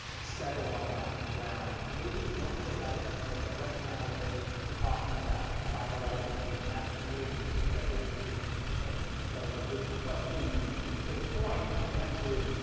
settled on that ground. maybe it once was, i don't know, but right now we're talking about tribal identity, and that to me is just a deadly thing. so your question is to the point, my answer is,